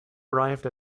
arrived